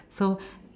so